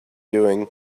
doing